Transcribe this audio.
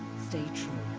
stay true.